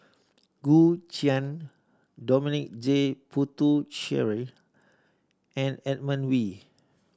Gu Juan Dominic J Puthucheary and Edmund Wee